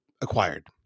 acquired